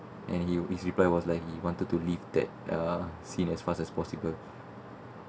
and his reply was like he wanted to leave that uh scene as fast as possible